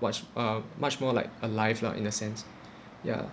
which uh much more like alive lah in a sense ya